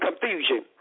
confusion